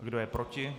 Kdo je proti?